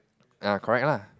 uh correct lah